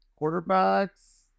quarterbacks